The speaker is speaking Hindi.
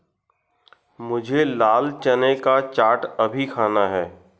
मुझे लाल चने का चाट अभी खाना है